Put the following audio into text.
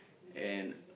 and